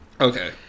Okay